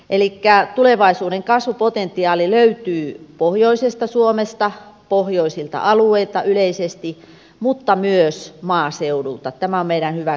elikkä tulevaisuuden kasvupotentiaali löytyy pohjoisesta suomesta pohjoisilta alueilta yleisesti mutta myös maaseudulta tämä on hyvä meidän kaikkien muistaa